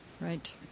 Right